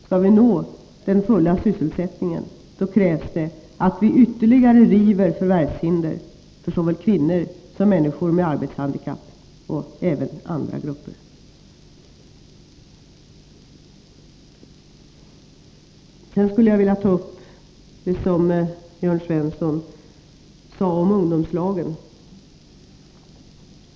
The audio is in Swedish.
Skall vi nå den fulla sysselsättningen, krävs det att vi ytterligare river förvärvshinder för såväl kvinnor som människor med arbetshandikapp och även andra grupper. Sedan skulle jag vilja ta upp det som Jörn Svensson sade om ungdomslagen.